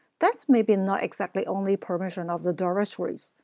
that maybe not exactly only permission of the directories!